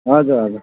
हजुर हजुर